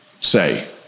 say